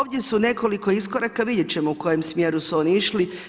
0vdje su nekoliko iskoraka, vidjet ćemo u kojem smjeru su oni išli.